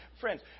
Friends